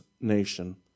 nation